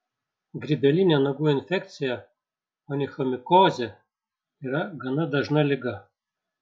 grybelinė nagų infekcija onichomikozė yra gana dažna liga